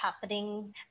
happening